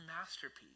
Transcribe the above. masterpiece